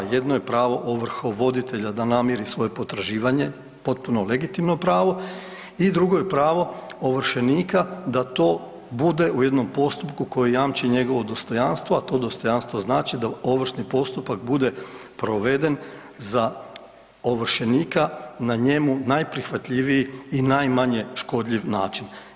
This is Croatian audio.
Jedno je pravo ovrhovoditelja da namiri svoje potraživanje potpuno legitimno pravo i drugo je pravo ovršenika da to bude u jednom postupku koji jamči njegovo dostojanstvo, a to dostojanstvo znači da ovršni postupak bude proveden za ovršenika na njemu najprihvatljiviji i najmanje škodljiv način.